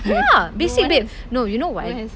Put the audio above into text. ya basic babe no you know why